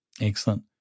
Excellent